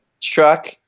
truck